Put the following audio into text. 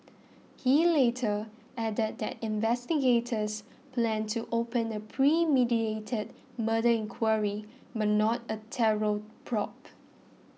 he later added that investigators planned to open a premeditated murder inquiry but not a terror probe